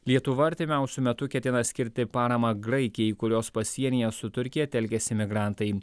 lietuva artimiausiu metu ketina skirti paramą graikijai kurios pasienyje su turkija telkiasi migrantai